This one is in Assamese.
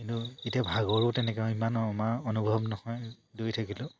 কিন্তু এতিয়া ভাগৰো তেনেকুৱা ইমান আমাৰ অনুভৱ নহয় দৌৰি থাকিলেও